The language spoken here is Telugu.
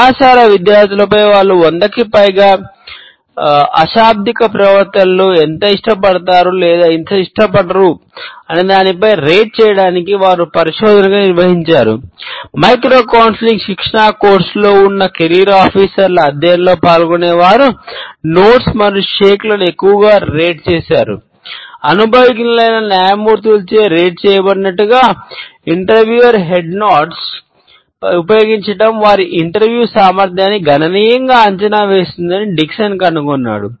క్లోర్ కనుగొన్నాడు